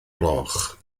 gloch